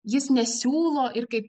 jis nesiūlo ir kaip